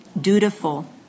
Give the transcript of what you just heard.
dutiful